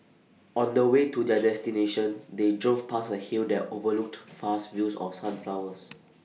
on the way to their destination they drove past A hill that overlooked vast fields of sunflowers